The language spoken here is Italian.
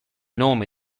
nome